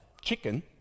chicken